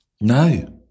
no